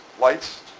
lights